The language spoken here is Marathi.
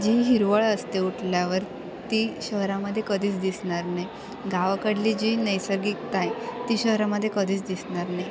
जी हिरवळ असते उठल्यावर ती शहरामध्ये कधीच दिसनार नाही गावाकडली जी नैसर्गिकता आहे ती शहरामध्ये कधीच दिसणार नाही